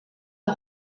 que